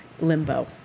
limbo